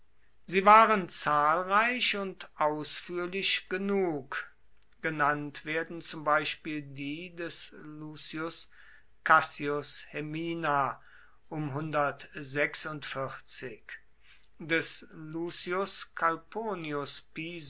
sie waren zahlreich und ausführlich genug genannt werden zum beispiel die des lucius cassius hemina um